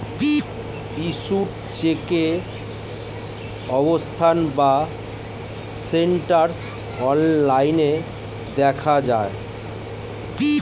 issued চেকের অবস্থা বা স্ট্যাটাস অনলাইন দেখা যায়